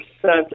percent